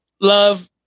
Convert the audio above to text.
love